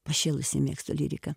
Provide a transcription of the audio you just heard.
pašėlusiai mėgstu lyriką